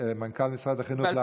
מנכ"ל משרד החינוך,